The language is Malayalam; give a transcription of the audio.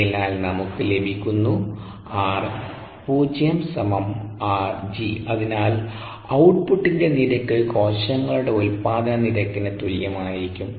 അതിനാൽ നമുക്ക് ലഭിക്കുന്നു 𝑟𝑜 𝑟𝑔 അതിനാൽ ഔട്പുടിന്റെ നിരക്ക് കോശങ്ങളുടെ ഉത്പാദന നിരക്കിന് തുല്യമായിരിയ്ക്കും